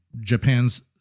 Japan's